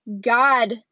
God